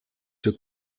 zur